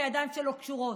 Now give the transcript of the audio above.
כי הידיים שלו קשורות.